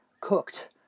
cooked